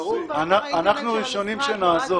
הפרסום באתר האינטרנט של המשרד נועד